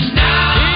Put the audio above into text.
now